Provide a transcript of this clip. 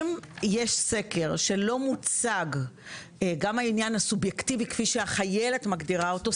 אם יש סקר שלא מוצג בו גם העניין הסובייקטיבי כפי שהחיילת מגדירה אותו,